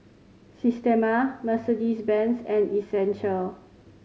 Systema Mercedes Benz and Essential